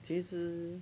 其实